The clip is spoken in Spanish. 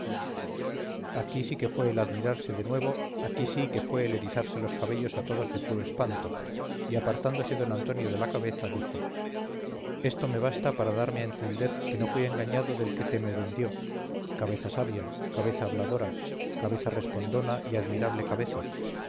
aquí sí que fue el admirarse de nuevo aquí sí que fue el erizarse los cabellos a todos de puro espanto y apartándose don antonio de la cabeza dijo esto me basta para darme a entender que no fui engañado del que te me vendió cabeza sabia cabeza habladora cabeza respondona y admirable cabeza